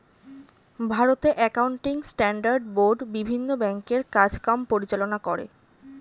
ভারতে accounting standard board বিভিন্ন ব্যাংকের কাজ কাম পরিচালনা করে